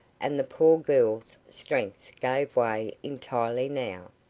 and the poor girl's strength gave way entirely now.